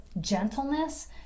gentleness